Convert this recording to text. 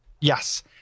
Yes